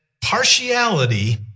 partiality